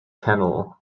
kennel